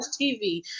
TV